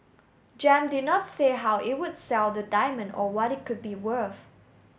gem did not say how it will sell the diamond or what it could be worth